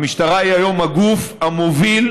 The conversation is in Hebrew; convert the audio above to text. המשטרה היא היום הגוף המוביל,